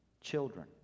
children